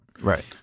Right